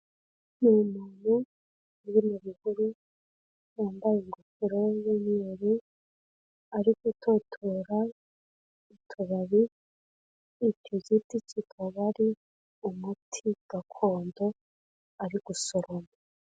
Ni umuntu uri mu bihuru wambaye ingofero y'umweru, ari gutotora utubari, icyo giti kikaba ari umuti gakondo ari gusoroma.